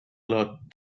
lot